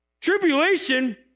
tribulation